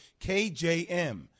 KJM